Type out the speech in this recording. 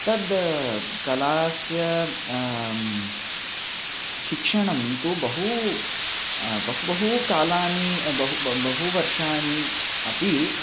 तद् कलायाः शिक्षणं तु बहू बहु बहु कालः बहु ब बहूनि वर्षाणि अपि